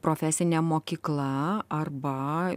profesinė mokykla arba